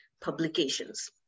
publications